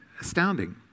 astounding